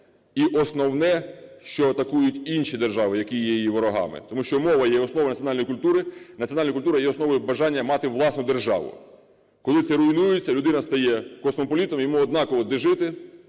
і основне, що атакують інші держави, які є її ворогами. Тому що мова є основою національної культури. Національна культура є основою бажання мати власну державу. Коли це руйнується, людина стає космополітом, йому однаково, де жити